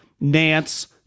Nance